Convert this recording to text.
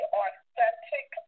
authentic